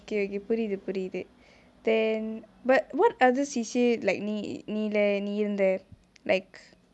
okay புரிது புரிது:purithu purithu then but what other C_C_A like நீ நீலா நீ இருந்தே:nee neelaa nee irunthae like